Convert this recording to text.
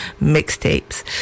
mixtapes